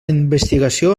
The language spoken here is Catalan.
investigació